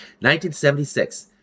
1976